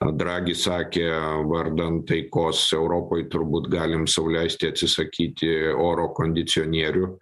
dragi sakė vardan taikos europoj turbūt galim sau leisti atsisakyti oro kondicionierių